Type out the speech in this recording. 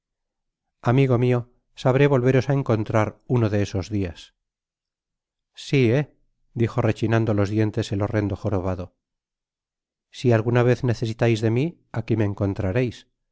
amigo mio sabré volveros á encontrar uno de esos dias sihé dijo rechinando los dientes el horrendo jorobado si alguna vez necesitais de mi aqui me encontraréis